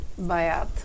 Bayat